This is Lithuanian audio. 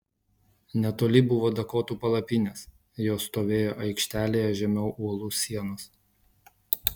netoli buvo dakotų palapinės jos stovėjo aikštelėje žemiau uolų sienos